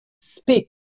Speak